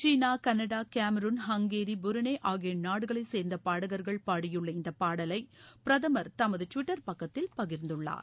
சீனா Canada Cameroon Hungary Brunei ஆகிய நாடுகளைச் சேர்ந்த பாடகர்கள் பாடியுள்ள இந்த பாடலை பிரதமர் தமது டிவிட்டர் பக்கத்தில் பகிர்ந்துள்ளார்